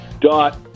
dot